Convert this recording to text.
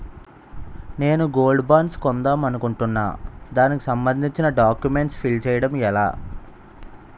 నేను gold bonds కొందాం అనుకుంటున్నా దానికి సంబందించిన డాక్యుమెంట్స్ ఫిల్ చేయడం ఎలా?